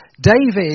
David